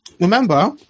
Remember